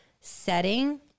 setting